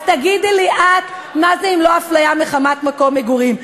אז תגידי לי את מה זה אם לא הפליה מחמת מקום מגורים.